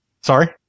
Sorry